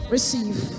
Receive